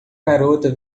garota